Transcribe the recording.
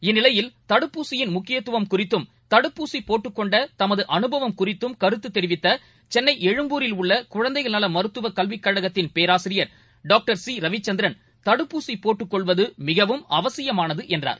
இந்நிலையில் தடுப்பூசியின் முக்கியத்துவம் குறித்தும் தடுப்பூசிபோட்டுக்கொண்டதமதுஅனுபவம் குறித்தும் கருத்துதெரிவித்தசென்னைஎழும்பூரில் உள்ளகுழந்தைகள் நவமருத்துவகல்விக்கழகத்தின் பேராசிரியர் டாக்டர் சிரவிச்சந்திரன் தடுப்பூசிபோட்டுக்கொள்வதமிகவும் அவசியமானதுஎன்றார்